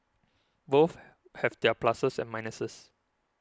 both have their pluses and minuses